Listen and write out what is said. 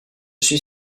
suis